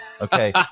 Okay